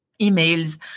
emails